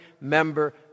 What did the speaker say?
member